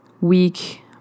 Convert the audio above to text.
week